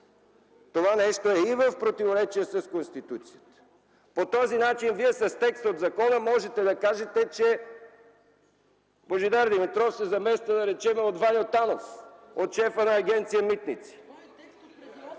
Това нещо е и в противоречие с Конституцията. По този начин вие с текст от закона можете да кажете, че Божидар Димитров се замества да речем от Ваньо Танов, от шефа на Агенция „Митници”.